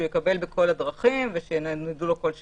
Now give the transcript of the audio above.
יקבל בכל הדרכים ושינדנדו לו בכל שעה.